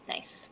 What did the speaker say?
Nice